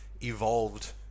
evolved